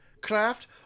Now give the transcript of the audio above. craft